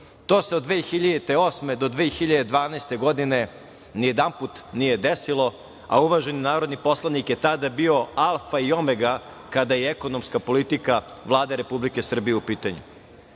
To se od 2008. godine do 2012. godine ni jedanput nije desilo, a uvaženi narodni poslanik je tada bio alfa i omega kada je ekonomska politika Vlade Republike Srbije u pitanju.